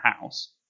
House